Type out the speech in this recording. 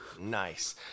Nice